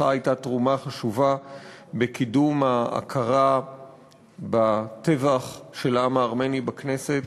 לך הייתה תרומה חשובה בקידום ההכרה בטבח של העם הארמני בכנסת,